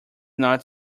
not